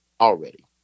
already